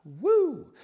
Woo